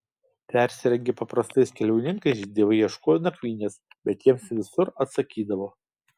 persirengę paprastais keliauninkais dievai ieškojo nakvynės bet jiems visur atsakydavo